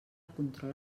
control